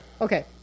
Okay